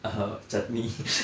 (uh huh) chutney